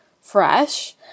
fresh